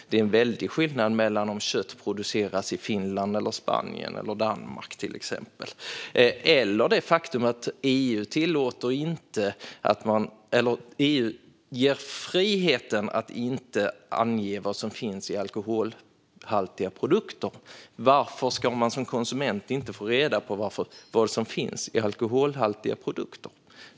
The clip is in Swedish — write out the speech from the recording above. Det är en väldig skillnad om kött produceras i Finland, Spanien eller Danmark. Dessutom ger EU friheten att inte ange vad som finns i alkoholhaltiga produkter. Varför ska man som konsument inte få reda på vad som finns i alkoholhaltiga produkter?